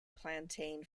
plantain